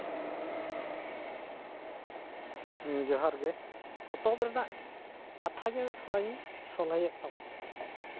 ᱦᱩᱸ ᱡᱚᱦᱟᱨ ᱜᱮ ᱯᱚᱛᱚᱵ ᱨᱮᱱᱟᱜ ᱠᱟᱛᱷᱟ ᱜᱮ ᱛᱷᱚᱲᱟᱧ ᱥᱚᱞᱦᱮᱭᱮᱫ ᱛᱟᱵᱚᱱᱟ